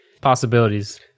possibilities